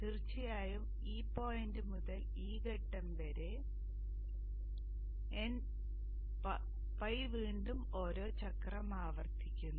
തീർച്ചയായും ഈ പോയിന്റ് മുതൽ ഈ ഘട്ടം വരെ ᴨ വീണ്ടും ഓരോ ചക്രം ആവർത്തിക്കുന്നു